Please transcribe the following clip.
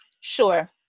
Sure